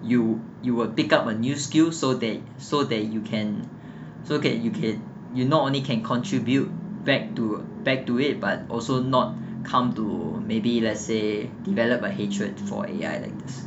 you you will pick up a new skill so that so that you can so that you can you not only can contribute back to back to it but also not come to maybe let's say developed a hatred for A_I like this